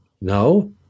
No